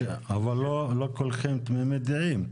אבל לא כולכם תמימי דעים.